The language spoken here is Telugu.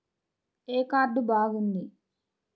ఏ కార్డు బాగుంది?